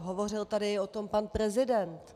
Hovořil tady o tom i pan prezident.